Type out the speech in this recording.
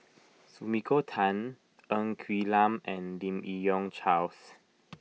Sumiko Tan Ng Quee Lam and Lim Yi Yong Charles